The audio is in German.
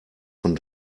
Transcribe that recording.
von